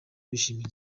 bishimira